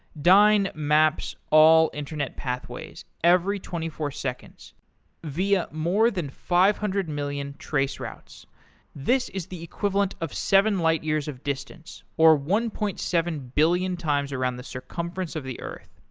dyn maps all internet pathways every twenty four seconds via more than five hundred million million traceroutes. this is the equivalent of seven light years of distance, or one point seven billion times around the circumference of the earth.